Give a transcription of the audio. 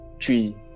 three